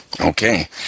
Okay